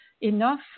enough